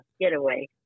getaway